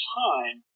time